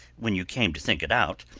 when you came to think it out,